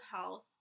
health